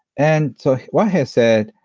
and so wahei said,